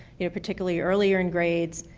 you know particularly earlier in grades,